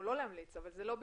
לא להמליץ אבל זה לא בידכם.